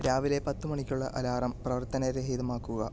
രാവിലെ പത്ത് മണിക്കുള്ള അലാറം പ്രവർത്തന രഹിതമാക്കുക